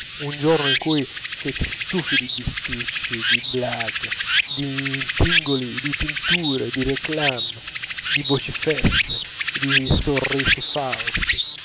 un giorno in cui siete stufi di bisticci di blague d'intingoli di tinture di réclame di voci fesse di sorrisi falsi